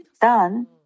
done